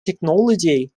technology